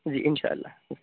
جی اِنشاء اللہ